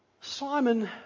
Simon